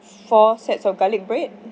four sets of garlic bread